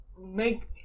make